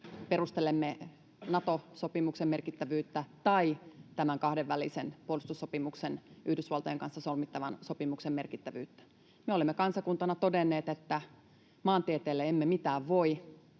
perustelemme Nato-sopimuksen merkittävyyttä tai tämän Yhdysvaltojen kanssa solmittavan kahdenvälisen puolustussopimuksen merkittävyyttä. Me olemme kansakuntana todenneet, että maantieteelle emme mitään voi.